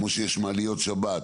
כמו שיש מעליות שבת.